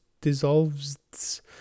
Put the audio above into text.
dissolves